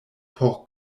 por